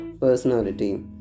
personality